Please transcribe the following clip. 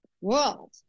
world